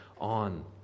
on